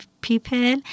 people